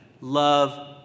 love